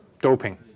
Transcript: doping